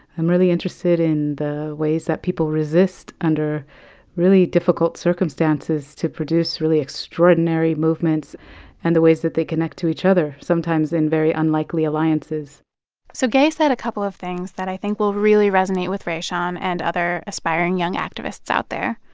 i'm really interested in the ways that people resist under really difficult circumstances to produce really extraordinary movements and the ways that they connect to each other sometimes in very unlikely alliances so gaye said a couple of things that i think will really resonate with rayshawn and other aspiring young activists out there.